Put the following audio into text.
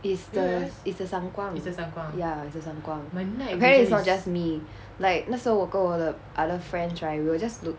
is the is the 散光 ya it's the 散光 apparently it's not just me like 那时候我跟我的 other friends right we will just look